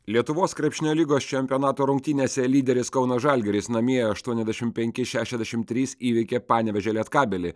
lietuvos krepšinio lygos čempionato rungtynėse lyderis kauno žalgiris namie aštuoniasdešimt penki šešiasdešimt trys įveikė panevėžio lietkabelį